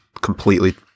completely